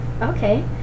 Okay